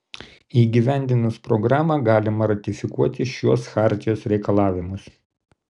įgyvendinus programą galima ratifikuoti šiuos chartijos reikalavimus